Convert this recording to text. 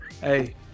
Hey